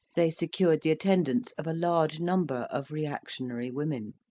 they secured the attendance of a large number of reactionary women.